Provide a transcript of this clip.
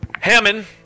Hammond